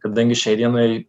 kadangi šiai dienai